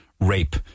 rape